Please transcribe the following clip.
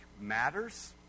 matters